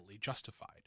justified